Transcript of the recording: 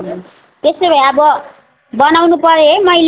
त्यसैले अब बनाउनु पर्यो है मैले